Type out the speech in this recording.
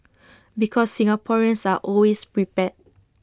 because Singaporeans are always prepared